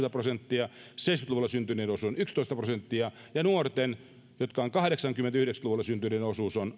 prosenttia seitsemänkymmentä luvulla syntyneiden osuus on yksitoista prosenttia ja nuorten kahdeksankymmentä ja yhdeksänkymmentä luvuilla syntyneiden osuus on